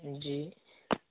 जी